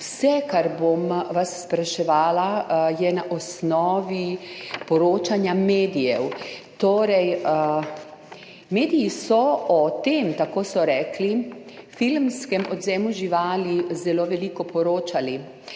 Vse, kar vas bom spraševala, je na osnovi poročanja medijev. Mediji so o tem, tako so rekli, filmskem odvzemu živali zelo veliko poročali.